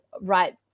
right